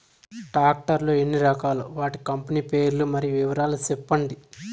Tractor లు ఎన్ని రకాలు? వాటి కంపెని పేర్లు మరియు వివరాలు సెప్పండి?